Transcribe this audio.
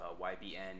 YBN